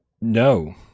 no